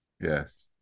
Yes